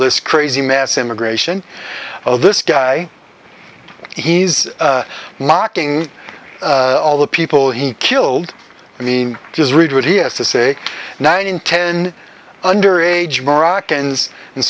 this crazy mass immigration of this guy he's mocking all the people he killed i mean just read what he has to say nine in ten under age moroccan